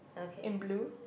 in blue